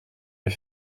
les